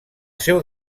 seu